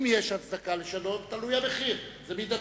אם יש הצדקה לשנות, תלוי המחיר, זה מידתי.